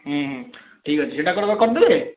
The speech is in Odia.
ହୁଁ ହୁଁ ଠିକ ଅଛି ସେଇଟା କର କରିଦେବେ